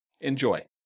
Enjoy